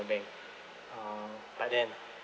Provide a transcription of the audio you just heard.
bank uh but then